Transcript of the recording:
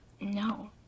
No